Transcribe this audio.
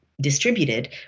distributed